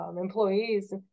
employees